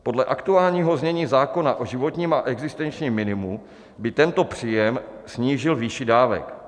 Podle aktuálního znění zákona o životním a existenčním minimu by tento příjem snížil výši dávek.